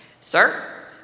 sir